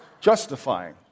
justifying